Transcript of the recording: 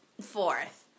Fourth